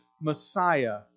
Messiah